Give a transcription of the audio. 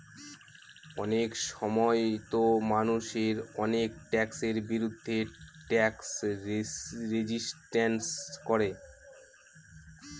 অনেক সময়তো মানুষ অনেক ট্যাক্সের বিরুদ্ধে ট্যাক্স রেজিস্ট্যান্স করে